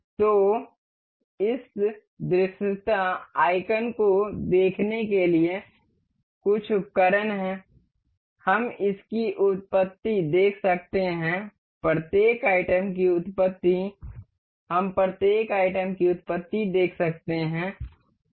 तो इस दृश्यता आइकन को देखने के लिए कुछ उपकरण हैं हम इस की उत्पत्ति देख सकते हैं प्रत्येक आइटम की उत्पत्ति हम प्रत्येक आइटम की उत्पत्ति देख सकते हैं